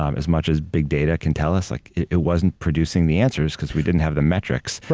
um as much as big data can tell us, like, it, it wasn't producing the answers because we didn't have the metrics. right.